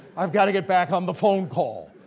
i've got to get back on the phone call.